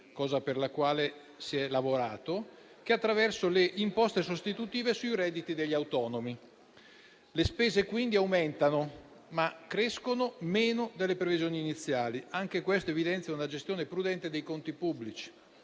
cosa per la quale si è lavorato, sia attraverso le imposte sostitutive sui redditi degli autonomi. Le spese quindi aumentano, ma crescono meno delle previsioni iniziali e anche questo evidenzia una gestione prudente dei conti pubblici.